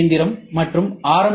C இயந்திரம் மற்றும் R